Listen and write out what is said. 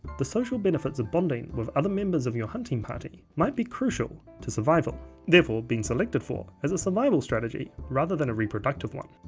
the social benefits of bonding with other members of your hunting party might be crucial to survival therefore being selected for as a survival strategy rather than a reproductive one.